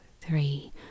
three